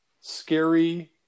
scary